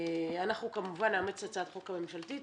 אנחנו כמובן נאמץ את הצעת החוק הממשלתית